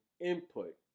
input